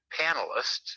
panelists